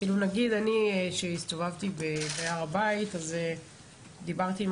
כשאני הסתובבתי בהר הבית דיברתי עם